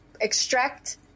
extract